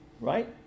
Right